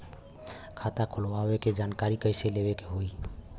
खाता खोलवावे के जानकारी कैसे लेवे के होई?